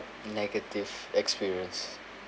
negative experience